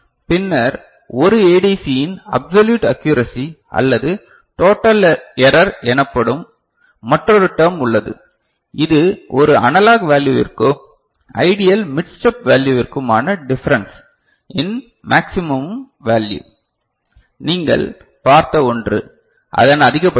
பின்னர் ஒரு ஏடிசியின் அப்சல்யூட் ஆக்குரசி அல்லது டோட்டல் எரர் எனப்படும் மற்றொரு டெர்ம் உள்ளது இது ஒரு அனலாக் வேல்யுவிற்கும் ஐடியல் மிட் ஸ்டெப் வேல்யுவிற்கும் ஆன டிஃபரன்ஸ் இன் மாக்ஸிமும் வேல்யு நீங்கள் பார்த்த ஒன்று அதன் அதிகபட்சம்